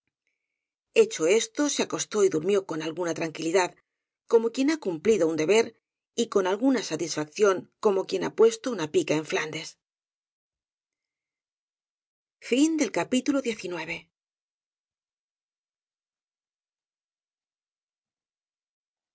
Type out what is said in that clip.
hecho esto se acostó y durmió con alguna tran quilidad como quien ha cumplido un deber y con alguna satisfacción como quien ha puesto una pica en flandes